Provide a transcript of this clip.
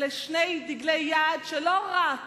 אלה שני דגלי יעד, שלא רק